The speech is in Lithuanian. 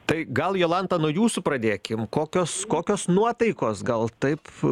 tai gal jolanta nuo jūsų pradėkim kokios kokios nuotaikos gal taip